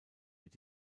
wird